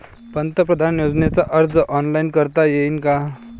पंतप्रधान योजनेचा अर्ज ऑनलाईन करता येईन का?